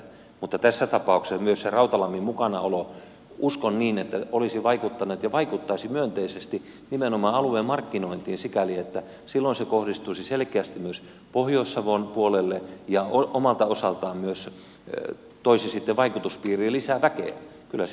mutta tässä tapauksessa myös se rautalammin mukanaolo uskon niin olisi vaikuttanut ja vaikuttaisi myönteisesti nimenomaan alueen markkinointiin sikäli että silloin se kohdistuisi selkeästi myös pohjois savon puolelle ja omalta osaltaan myös toisi sitten vaikutuspiiriin lisää väkeä